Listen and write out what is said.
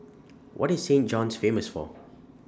What IS Saint John's Famous For